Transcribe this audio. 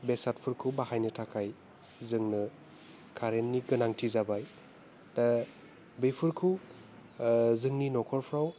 बेसादफोरखौ बाहायनो थाखाय जोंनो कारेन्टनि गोनांथि जाबाय दा बेफोरखौ जोंनि न'खरफ्राव